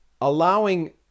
allowing